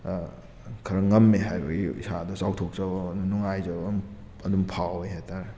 ꯈꯔ ꯉꯝꯃꯦ ꯍꯥꯏꯕꯒꯤ ꯏꯁꯥꯗ ꯆꯥꯎꯊꯣꯛꯆꯕ ꯅꯨꯉꯥꯏꯖꯕ ꯑꯝ ꯑꯗꯨꯝ ꯐꯥꯎꯋꯏ ꯍꯥꯏꯇꯥꯔꯦ